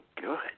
good